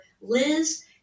Liz